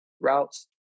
routes